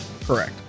Correct